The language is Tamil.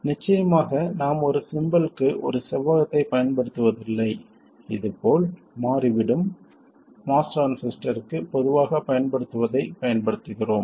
நிச்சயமாக நாம் ஒரு சிம்பல்க்கு ஒரு செவ்வகத்தைப் பயன்படுத்துவதில்லை இது போல் மாறிவிடும் MOS டிரான்சிஸ்டருக்கு பொதுவாகப் பயன்படுத்துவதைப் பயன்படுத்துகிறோம்